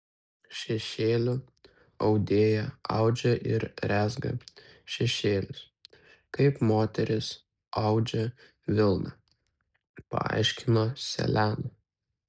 šešėlių audėja audžia ir rezga šešėlius kaip moterys audžia vilną paaiškino seleną